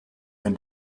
can